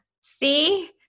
see